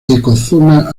ecozona